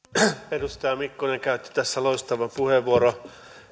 edustaja mikkonen käytti tässä loistavan puheenvuoron